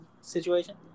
situation